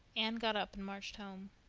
anne got up and marched home.